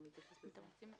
לנוסח.